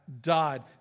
died